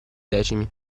decimi